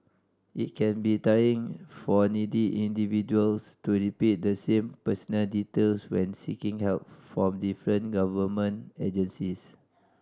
it can be tiring for needy individuals to repeat the same personal details when seeking help from different government agencies